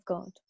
God